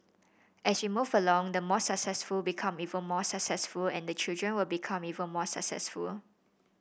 as we move along the more successful become even more successful and the children will become even more successful